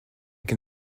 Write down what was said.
can